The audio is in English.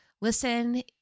Listen